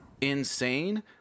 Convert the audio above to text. insane